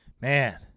man